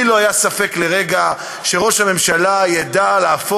לי לא היה ספק לרגע שראש הממשלה ידע לעשות